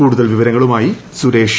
കൂടുതൽ വിവരങ്ങളുമായി ്സുർരേഷ്